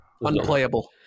Unplayable